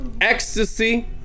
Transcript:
ecstasy